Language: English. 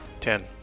Ten